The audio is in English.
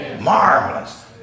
Marvelous